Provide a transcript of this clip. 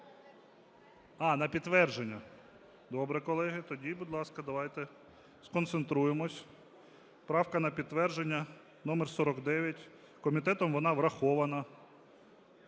А, на підтвердження? Добре, колеги. Тоді, будь ласка, давайте сконцентруємось. Правка на підтвердження номер 49, комітетом вона врахована.